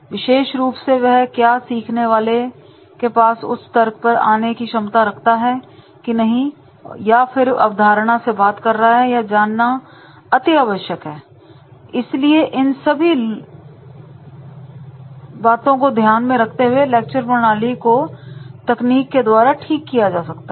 विशेष रुप से वह क्या सीखने वाले के पास उच्च स्तर पर आने की क्षमता रखता है कि नहीं या फिर अवधारणा से बात कर रहा है यह जानना अति आवश्यक है इसलिए इन सभी लुक सालों को ध्यान में रखते हुए लेक्चर प्रणाली को तकनीक के द्वारा ठीक किया जा सकता है